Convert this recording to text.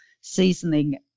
seasoning